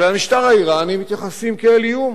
אבל למשטר האירני מתייחסים כאל איום.